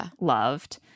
loved